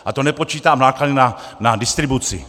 A to nepočítám náklady na distribuci.